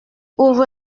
ouvre